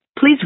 please